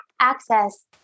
access